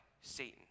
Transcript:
Satan